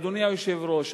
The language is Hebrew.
אדוני היושב-ראש,